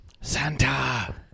Santa